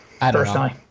personally